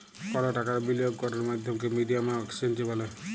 call টাকার বিলিয়গ ক্যরের মাধ্যমকে মিডিয়াম অফ এক্সচেঞ্জ ব্যলে